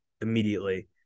immediately